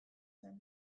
zen